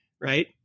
right